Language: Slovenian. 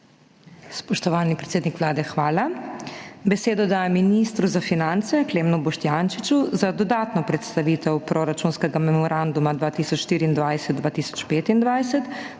Spoštovani predsednik Vlade, hvala. Besedo dajem ministru za finance Klemnu Boštjančiču za dodatno predstavitev proračunskega memoranduma 2024–2025,